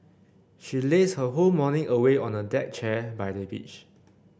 she lazed her whole morning away on a deck chair by the beach